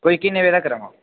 कोई किन्ने बजे तक्कर आमां